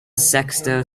sexto